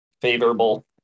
favorable